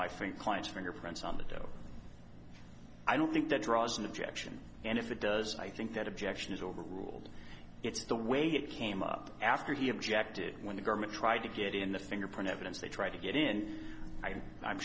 fink client's fingerprints on the i don't think that draws an objection and if it does i think that objection is overruled it's the way it came up after he objected when the government tried to get in the fingerprint evidence they tried to get in